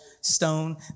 stone